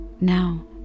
Now